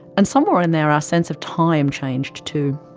and somewhere in there, our sense of time changed too.